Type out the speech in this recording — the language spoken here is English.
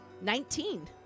Nineteen